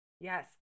Yes